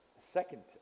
second